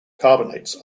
carbonates